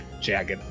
jagged